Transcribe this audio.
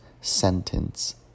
sentence